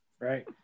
right